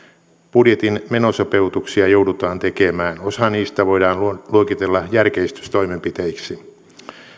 budjetin menosopeutuksia joudutaan tekemään osa niistä voidaan luokitella järkeistystoimenpiteiksi